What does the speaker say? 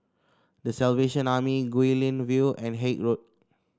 The Salvation Army Guilin View and Haig Road